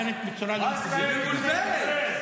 היא מבולבלת.